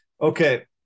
Okay